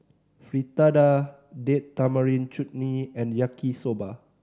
Fritada Date Tamarind Chutney and Yaki Soba